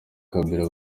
kabila